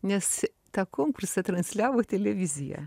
nes tą konkursą transliavo televizija